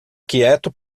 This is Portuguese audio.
quieto